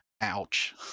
Ouch